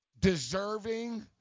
deserving